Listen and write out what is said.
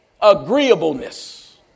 agreeableness